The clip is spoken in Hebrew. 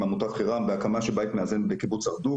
עמותת חיר"ם בהקמה של בית מאזן בקיבוץ הרדוף.